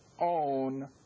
own